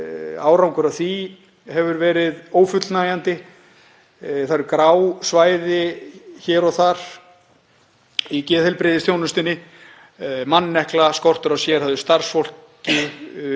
árangur af því hefur verið ófullnægjandi. Það eru grá svæði hér og þar í geðheilbrigðisþjónustunni; mannekla, skortur á sérhæfðu starfsfólki,